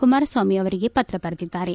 ಕುಮಾರ ಸ್ವಾಮಿ ಅವರಿಗೆ ಪತ್ರ ಬರೆದಿದ್ದಾರೆ